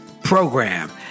program